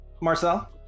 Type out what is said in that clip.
Marcel